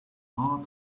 heart